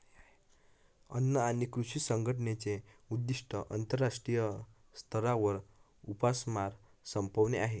अन्न आणि कृषी संघटनेचे उद्दिष्ट आंतरराष्ट्रीय स्तरावर उपासमार संपवणे आहे